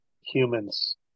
humans